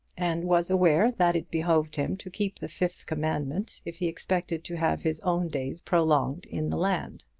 and was aware that it behoved him to keep the commandment if he expected to have his own days prolonged in the land.